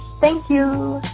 thank you